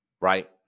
right